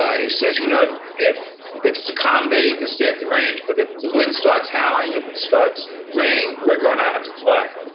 ah he says, you know, if it's a calm day you can stay at the range, but if the wind starts howling or if it starts raining, we're going out to play.